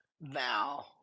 Now